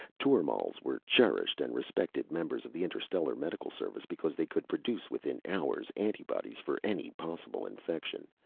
tormals were cherished and respected members of the interstellar medical service because they could produce within hours antibodies for any possible infection,